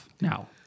now